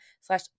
slash